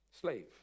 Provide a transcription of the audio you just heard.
slave